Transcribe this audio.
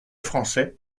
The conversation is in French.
français